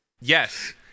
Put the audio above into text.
Yes